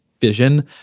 vision